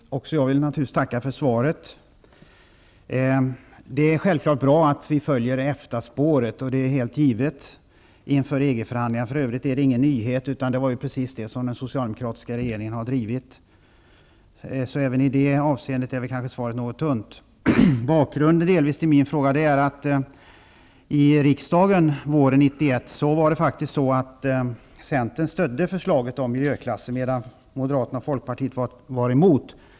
Herr talman! Också jag vill naturligtvis tacka för svaret. Det är självfallet bra att vi följer EFTA spåret, vilket är helt givet inför EG förhandlingarna. För övrigt är detta ingen nyhet, utan det är precis den linje som den socialdemokratiska regeringen har drivit. Även i detta avseende är svaret kanske något tunt. Bakgrunden till min fråga är delvis att Centern under våren 1991 i riksdagen stödde förslaget om miljöklasser, medan Moderaterna och Folkpartiet var emot förslaget.